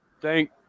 thank